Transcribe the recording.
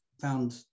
found